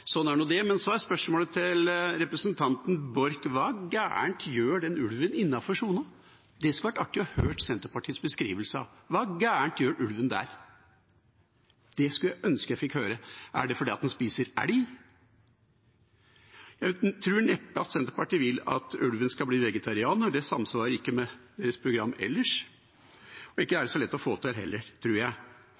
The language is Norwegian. Sånn er nå det. Men så er spørsmålet til representanten Borch: Hva gærent gjør den ulven innenfor sonen? Det skulle det vært artig å høre Senterpartiets beskrivelse av. Hva gærent gjør ulven der? Det skulle jeg ønske jeg fikk høre. Er det fordi den spiser elg? Jeg tror neppe at Senterpartiet vil at ulven skal bli vegetarianer. Det samsvarer ikke med deres program ellers, og ikke er det så lett å få til heller, tror jeg.